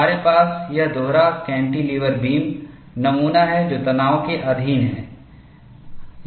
हमारे पास यह दोहरा कन्टीलीवर बीम नमूना है जो तनाव के अधीन है